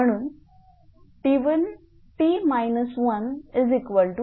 t 11